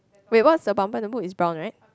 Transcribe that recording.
wait what's the bummer the book is brown right